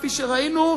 כפי שראינו,